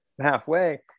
halfway